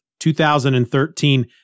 2013